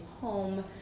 home